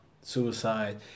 suicide